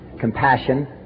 compassion